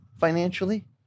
financially